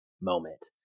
moment